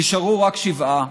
נשארו רק שבעה?